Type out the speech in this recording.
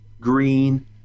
green